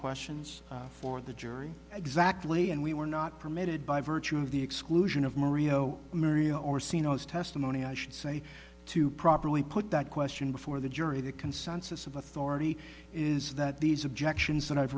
questions for the jury exactly and we were not permitted by virtue of the exclusion of maria o maria orsino's testimony i should say to properly put that question before the jury the consensus of authority is that these objections that i've